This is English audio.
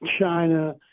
China